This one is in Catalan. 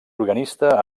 organista